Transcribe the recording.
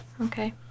Okay